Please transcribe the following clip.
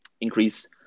increase